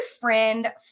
friend